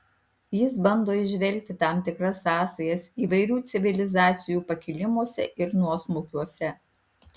jis bando įžvelgti tam tikras sąsajas įvairių civilizacijų pakilimuose ir nuosmukiuose